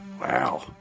Wow